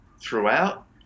throughout